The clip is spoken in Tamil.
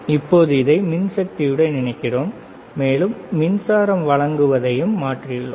இப்போது இதை மின்சக்தியுடன் இணைக்கிறோம் மேலும் மின்சாரம் வழங்குவதையும் மாற்றியுள்ளோம்